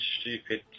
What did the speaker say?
stupid